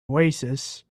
oasis